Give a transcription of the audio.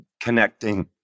connecting